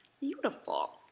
beautiful